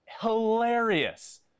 hilarious